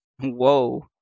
Whoa